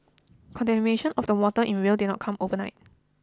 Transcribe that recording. contamination of the waters in Rio did not come overnight